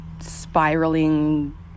spiraling